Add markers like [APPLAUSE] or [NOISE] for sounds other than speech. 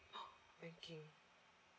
[BREATH] banking